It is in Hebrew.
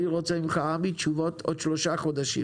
אני רוצה ממך, עמי, תשובות בעוד שלושה חודשים